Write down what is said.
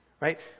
Right